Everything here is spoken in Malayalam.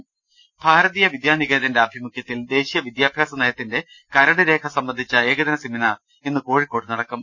ദർവ്വെട്ടറ ഭാരതീയ വിദ്യാനികേതന്റെ ആഭിമുഖ്യത്തിൽ ദേശ്രീയ വിദ്യാഭ്യാസ ന യത്തിന്റെ കരട്രേഖ സംബന്ധിച്ച ഏകദിന സെമിനാർ ഇന്ന് കോഴിക്കോട്ട് നടക്കും